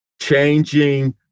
Changing